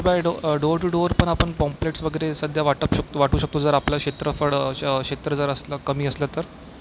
door by door door to door पण आपण pamphlets वगैरे सध्या वाटप शकतो वाटू शकतो जर आपलं क्षेत्रफळ श क्षेत्र जर असतं कमी असलं तर